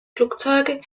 flugzeuge